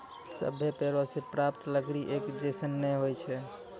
सभ्भे पेड़ों सें प्राप्त लकड़ी एक जैसन नै होय छै